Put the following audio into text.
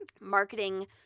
marketing